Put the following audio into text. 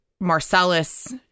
Marcellus